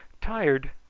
tired?